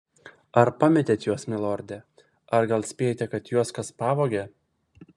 ar pametėt juos milorde ar gal spėjate kad juos kas pavogė